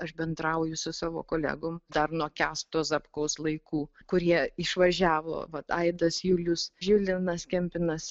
aš bendrauju su savo kolegom dar nuo kęsto zapkaus laikų kurie išvažiavo vat aidas julius živlinas kempinas